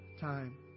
time